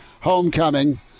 homecoming